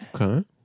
Okay